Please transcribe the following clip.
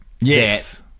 yes